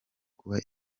kuba